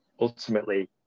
ultimately